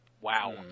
wow